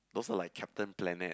also like Captain Planet